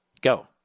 Go